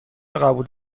قبول